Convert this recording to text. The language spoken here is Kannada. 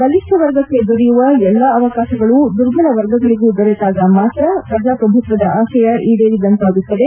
ಬಲಿಷ್ಠ ವರ್ಗಕ್ಕೆ ದೊರೆಯುವ ಎಲ್ಲ ಅವಕಾಶಗಳು ದುರ್ಬಲವರ್ಗಗಳಗೂ ದೊರೆತಾಗ ಮಾತ್ರ ಪ್ರಜಾಪ್ರಭುತ್ವದ ಆಶಯ ಈಡೇರಿದಂತಾಗುತ್ತದೆ